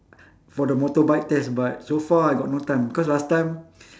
for the motorbike test but so far I got no time cause last time